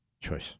choice